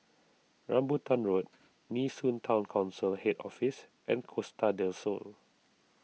Rambutan Road Nee Soon Town Council Head Office and Costa del Sol